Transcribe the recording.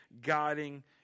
guiding